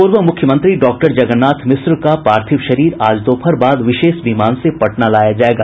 पूर्व मुख्यमंत्री डॉक्टर जगन्नाथ मिश्र का पार्थिव शरीर आज दोपहर बाद विशेष विमान से पटना लाया जायेगा